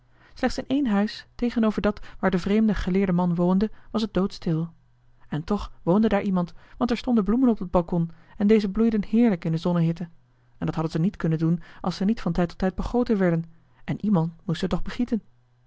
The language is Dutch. slechts in één huis tegenover dat waar de vreemde geleerde man woonde was het doodstil en toch woonde daar iemand want er stonden bloemen op het balkon en deze bloeiden heerlijk in de zonnehitte en dat hadden zij niet kunnen doen als zij niet van tijd tot tijd begoten werden en iemand moest ze toch begieten